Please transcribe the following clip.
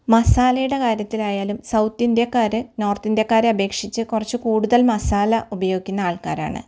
മസാലയുടെ കാര്യത്തിലായാലും സൗത്ത് ഇന്ത്യക്കാർ നോർത്ത് ഇന്ത്യക്കാരെ അപേക്ഷിച്ച് കുറച്ച് കൂടുതൽ മസാല ഉപയോഗിക്കുന്ന ആൾക്കാരാണ്